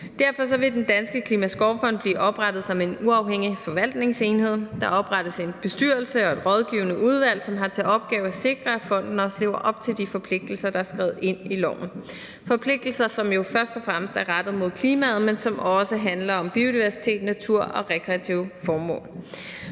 Derfor vil Den Danske Klimaskovfond blive oprettet som en uafhængig forvaltningsenhed. Der oprettes en bestyrelse og et rådgivende udvalg, som har til opgave at sikre, at fonden også lever op til de forpligtelser, der er skrevet ind i loven; forpligtelser, som jo først og fremmest er rettet mod klimaet, men som også handler om biodiversitet, natur og rekreative formål.